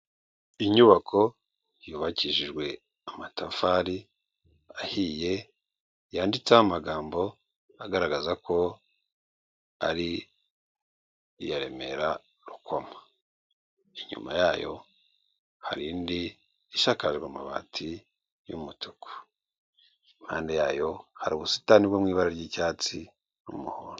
Inyubako yubakishijwe amatafari ahiye, yanditseho amagambo agaragaza ko ari iya Remera Rukoma, inyuma yayo hari indi isakajwe amabati y'umutu, impande yayo hari ubusitani bwo mu ibara ry'icyatsi n'umuhondo.